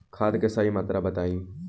खाद के सही मात्रा बताई?